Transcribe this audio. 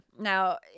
Now